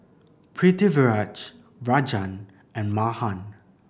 Pritiviraj Rajan and Mahan